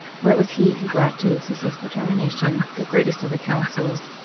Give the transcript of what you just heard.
for it was he who brought to a successful termination the greatest of the councils.